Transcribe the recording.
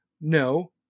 no